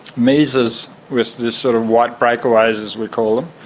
mesas with these sort of white breakaways, as we call them,